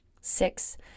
Six